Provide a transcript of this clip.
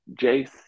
Jace